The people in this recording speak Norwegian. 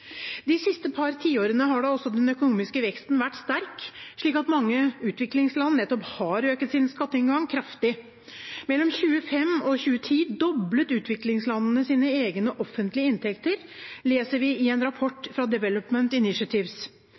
De siste par tiårene har da også den økonomiske veksten vært sterk, slik at mange utviklingsland nettopp har økt sin skatteinngang kraftig. Mellom 2005 og 2010 doblet utviklingslandene sine egne offentlige inntekter, leser vi i en rapport fra Development Initiatives.